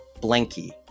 blanky